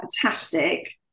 Fantastic